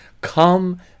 come